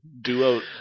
Duo